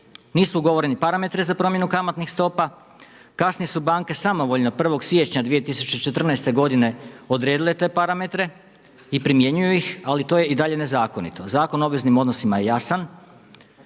Nisu ugovoreni parametri za promjenu kamatnih stopa, kasnije su banke samovoljno 1. siječnja 2014. godine odredile te parametre i primjenjuju ih ali to je i dalje nezakonito. Zakon o obveznim odnosima je jasan,